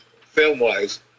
film-wise